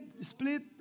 split